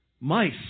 mice